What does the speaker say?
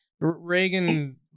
Reagan